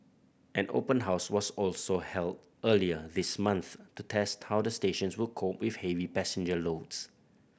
an open house was also held earlier this month to test how the stations would cope with heavy passenger loads